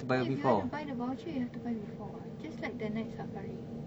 then if you want to buy the voucher you have to buy before [what] just like the night safari